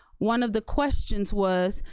one of the questions was,